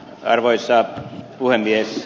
arvoisa puhemies